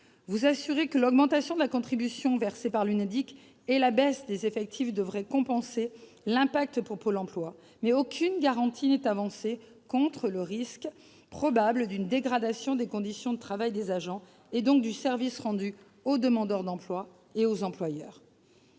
la ministre, que l'augmentation de la contribution versée par l'UNEDIC et la baisse des effectifs devraient compenser l'impact pour Pôle emploi de ces mesures, mais aucune garantie n'est avancée contre le risque probable d'une dégradation des conditions de travail des agents et donc du service rendu aux demandeurs d'emploi comme aux employeurs.